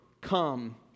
come